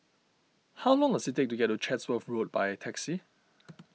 how long does it take to get to Chatsworth Road by taxi